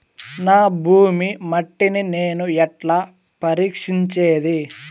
నా భూమి మట్టిని నేను ఎట్లా పరీక్షించేది?